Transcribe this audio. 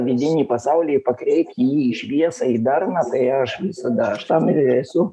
vidinį pasaulį pakreipti jį į šviesą į darną tai aš visada aš tam ir esu